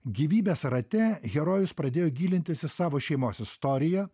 gyvybės rate herojus pradėjo gilintis į savo šeimos istoriją